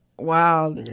Wow